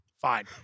fine